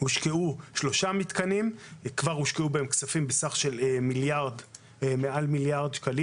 שהושקעו בהם סך של מעל מיליארד שקלים.